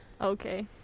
Okay